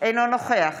אינו נוכח